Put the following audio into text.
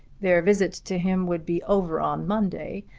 their visit to him would be over on monday,